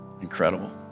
Incredible